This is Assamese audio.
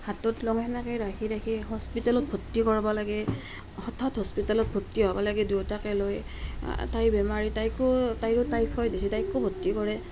হাতত লওঁ সেনেকৈ ৰাখি ৰাখি হস্পিতালত ভৰ্ত্তি কৰাব লাগে হঠাৎ হস্পিতালত ভৰ্ত্তি হ'ব লাগে দুয়োটাকে লৈ তাই বেমাৰী তাইকো তাইৰো টাইফয়েড হৈছে তাইকো ভৰ্ত্তি কৰে